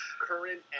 current